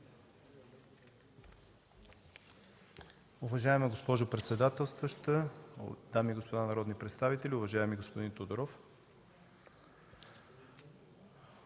Уважаема госпожо председател, дами и господа народни представители! Уважаеми господин Тодоров,